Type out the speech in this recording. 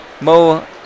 Mo